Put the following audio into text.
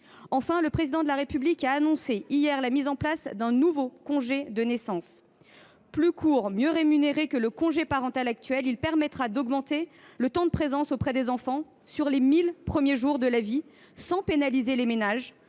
Enfin, le Président de la République a annoncé hier la mise en place d’un nouveau congé de naissance. Plus court, mieux rémunéré que le congé parental actuel, il permettra d’augmenter le temps de présence auprès des enfants sur les 1 000 premiers jours de la vie sans pénaliser les ménages